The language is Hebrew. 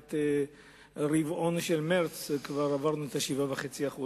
מבחינת הרבעון של מרס, כבר עברנו את ה-7.5%.